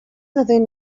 nothing